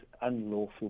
unlawful